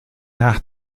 nach